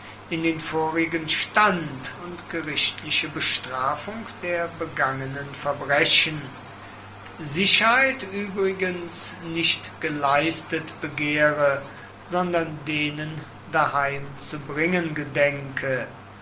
in den vorigen stand und gerichtliche bestrafung der begangenen verbrechen sicherheit übrigens nicht geleistet begehre sondern denen daheim zu bringen gedenke